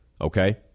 Okay